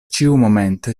ĉiumomente